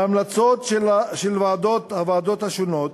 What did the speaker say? ההמלצות של הוועדות השונות